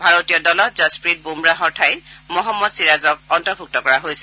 ভাৰতীয় দলত যশপ্ৰীত বুমৰাহৰ ঠাইত মহম্মদ চিৰাজক অন্তৰ্ভুক্ত কৰা হৈছে